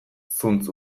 zuntz